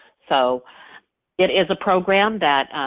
so it is a program that,